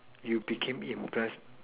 you became impressed